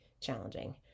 challenging